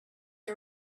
are